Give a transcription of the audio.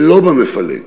ולא במפלג?